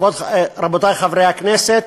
רבותי חברי הכנסת,